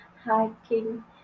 hiking